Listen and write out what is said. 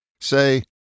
say